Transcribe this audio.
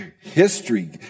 history